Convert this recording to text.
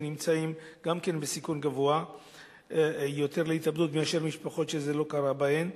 שנמצאים גם כן בסיכון גבוה יותר להתאבדות מאשר במשפחות שזה לא קרה בהן.